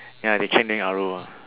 ya they change them R_O ah